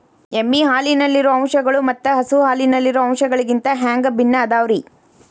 ಎಮ್ಮೆ ಹಾಲಿನಲ್ಲಿರೋ ಅಂಶಗಳು ಮತ್ತ ಹಸು ಹಾಲಿನಲ್ಲಿರೋ ಅಂಶಗಳಿಗಿಂತ ಹ್ಯಾಂಗ ಭಿನ್ನ ಅದಾವ್ರಿ?